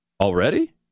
Already